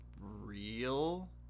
real